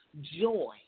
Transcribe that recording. joy